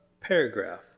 paragraph